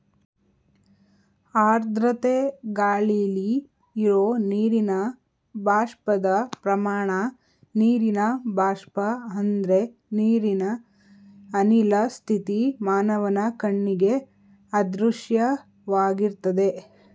ಆರ್ದ್ರತೆ ಗಾಳಿಲಿ ಇರೋ ನೀರಿನ ಬಾಷ್ಪದ ಪ್ರಮಾಣ ನೀರಿನ ಬಾಷ್ಪ ಅಂದ್ರೆ ನೀರಿನ ಅನಿಲ ಸ್ಥಿತಿ ಮಾನವನ ಕಣ್ಣಿಗೆ ಅದೃಶ್ಯವಾಗಿರ್ತದೆ